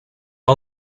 all